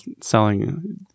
selling